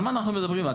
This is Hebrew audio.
על מה אנחנו מדברים?